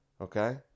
Okay